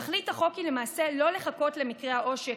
תכלית החוק היא למעשה לא לחכות למקרה העושק